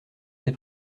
des